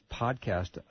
podcast